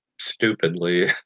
stupidly